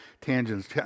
tangents